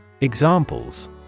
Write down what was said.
Examples